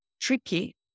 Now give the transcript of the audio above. tricky